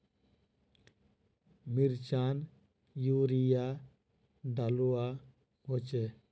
मिर्चान यूरिया डलुआ होचे?